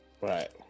Right